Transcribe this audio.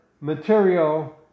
material